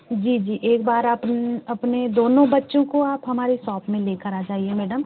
जी जी एक बार आप अपने दोनों बच्चों को आप हमारे सॉप में ले कर आ जाइए मैडम